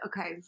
okay